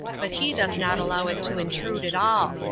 but he does not allow it to intrude at all.